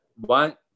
One